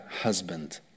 husband